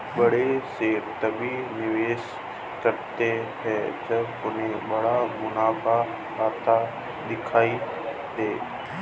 बड़े सेठ तभी निवेश करते हैं जब उन्हें बड़ा मुनाफा आता दिखाई दे